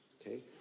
Okay